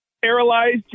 paralyzed